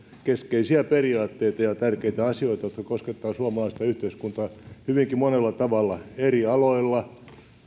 keskeisiä periaatteita ja tärkeitä asioita jotka koskettavat suomalaista yhteiskuntaa hyvinkin monella tavalla eri aloilla